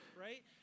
right